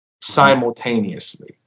simultaneously